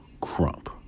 Crump